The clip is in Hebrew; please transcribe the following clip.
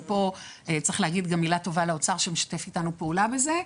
ופה צריך להגיד גם מילה טובה לאוצר שמשתף איתנו פעולה בזה,